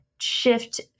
shift